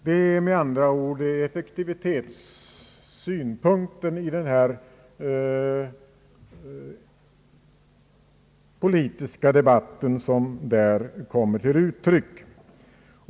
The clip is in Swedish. Det är med andra ord effektivitetssynpunkten i denna politiska debatt som där kommer till uttryck.